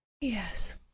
Yes